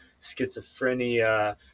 schizophrenia